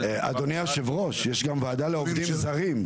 אדוני היושב ראש, יש גם ועדה לעובדים זרים.